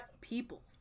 people